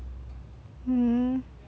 mm